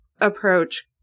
approach